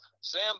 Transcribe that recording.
Sam